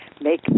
make